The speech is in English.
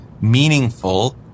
meaningful